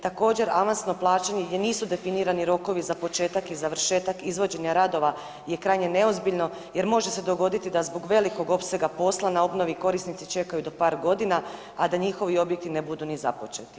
Također, avansno plaćanje gdje nisu definirani rokovi za početak i završetak izvođenja radova je krajnje neozbiljno jer može se dogoditi da zbog velikog opsega posla na obnovi korisnici čekaju do par godina, a da njihovi objekti ne budu ni započeti.